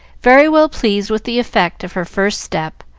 very well pleased with the effect of her first step,